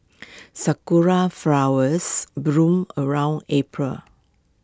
Sakura Flowers bloom around April